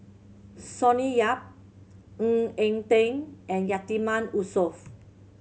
Sonny Yap Ng Eng Teng and Yatiman Yusof